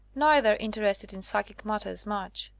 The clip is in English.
neither interested in psychic matters much.